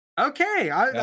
Okay